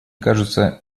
кажется